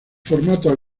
formato